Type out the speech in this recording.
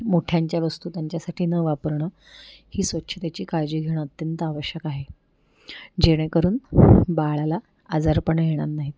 मोठ्यांच्या वस्तू त्यांच्यासाठी न वापरणं ही स्वच्छतेची काळजी घेणं अत्यंत आवश्यक आहे जेणेकरून बाळाला आजारपणं येणार नाहीत